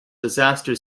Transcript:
disaster